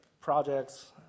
projects